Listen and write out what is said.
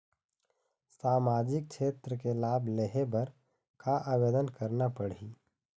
सामाजिक क्षेत्र के लाभ लेहे बर का आवेदन करना पड़ही?